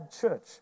church